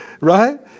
Right